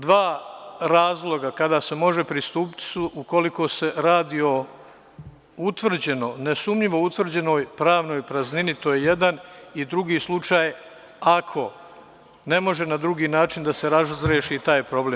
Dva razloga kada se može pristupiti su ukoliko se radi o utvrđenoj, nesumnjivo utvrđenoj pravnoj praznini, drugi slučaj ako ne može na drugi način da se razreši taj problem.